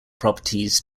properties